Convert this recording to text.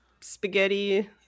spaghetti